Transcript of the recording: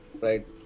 right